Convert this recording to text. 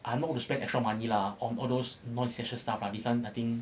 I know have to spend extra money lah on all those non essential stuff lah this one I think